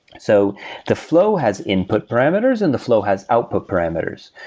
so the flow has input parameters and the flow has output parameters.